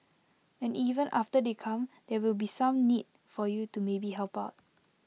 and even after they come there will be some need for you to maybe help out